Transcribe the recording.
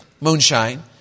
moonshine